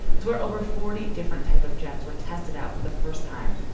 where over forty different type of jets were tested out for the first time.